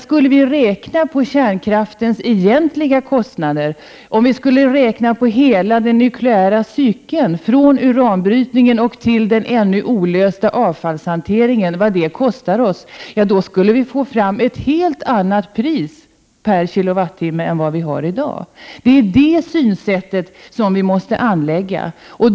Skulle vi räkna på kärnkraftens egentliga kostnader, skulle vi räkna på hela den nukleära cykeln från uranbrytningen och till den ännu olösta avfallshanteringen, så skulle vi få fram ett helt annat pris per kilowattimme än vi har i dag. Det är detta synsätt som vi måste anlägga.